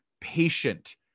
patient